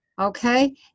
Okay